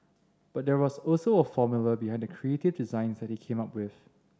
but there was also a formula behind the creative designs that he came up with